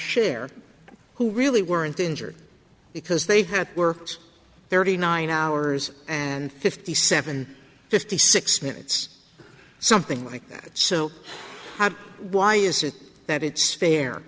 share who really weren't injured because they had were thirty nine hours and fifty seven fifty six minutes something like that so why is it that it's fair